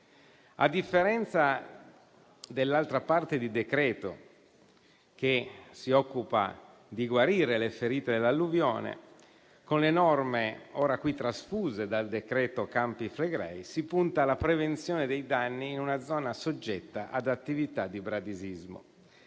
A differenza dell'altra parte del decreto-legge, che si occupa di guarire le ferite dell'alluvione, con le norme ora qui trasfuse dal decreto Campi Flegrei si punta alla prevenzione dei danni in una zona soggetta ad attività di bradisismo.